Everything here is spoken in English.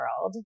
world